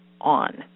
on